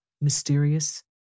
mysterious